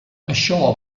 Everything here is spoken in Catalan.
això